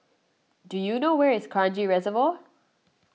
do you know where is Kranji Reservoir